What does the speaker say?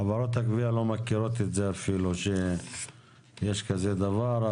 חברות הגבייה לא מכירות את זה אפילו, שיש כזה דבר.